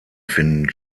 finden